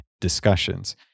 discussions